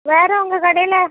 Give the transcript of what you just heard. வேறு உங்கள் கடையில்